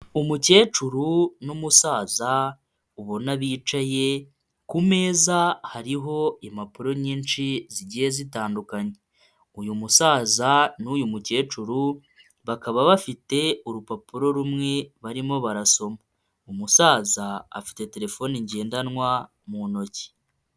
Umukecuru n'umusaza ubona bicaye, ku meza hariho impapuro nyinshi zigiye zitandukanye. Uyu musaza n'uyu mukecuru bakaba bafite urupapuro rumwe barimo barasoma. Umusaza afite telefone ngendanwa mu ntoki.